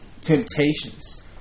temptations